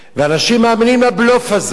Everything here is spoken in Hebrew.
ואנשים מאמינים לבלוף הזה,